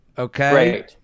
Okay